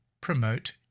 promote